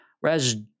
Whereas